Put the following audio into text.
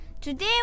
Today